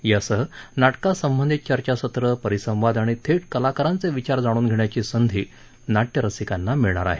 यासह नाटकासंबंधित चर्चासत्र परिसंवाद आणि थेट कलाकरांचे विचार जाणून घेण्याची संधी नाट्यरसिकांना मिळणार आहे